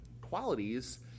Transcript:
qualities